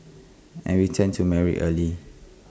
and we tend to marry early